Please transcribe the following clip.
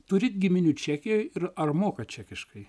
turit giminių čekijoj ir ar mokat čekiškai